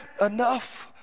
enough